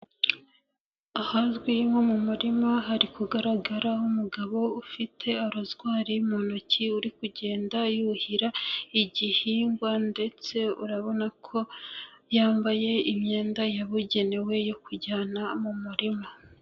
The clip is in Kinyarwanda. Ahazwi nko mu murima hari kugaragara umugabo ufite rozwari mu ntoki, uri kugenda yuhira igihingwa ndetse urabona ko yambaye imyenda yabugenewe yo kujyana mu murima.